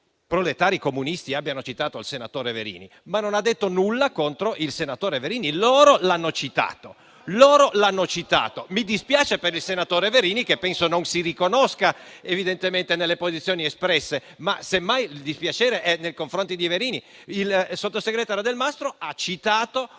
proletari comunisti abbiano citato il senatore Verini, ma Delmastro non ha detto nulla contro il senatore Verini. Loro lo hanno citato e mi dispiace per il senatore Verini, che penso non si riconosca nelle posizioni espresse; semmai dunque il dispiacere è nei confronti del senatore Verini. Il sottosegretario Delmastro ha parlato